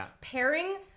Pairing